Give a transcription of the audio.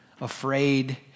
afraid